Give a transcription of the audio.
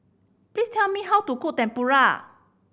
please tell me how to cook Tempura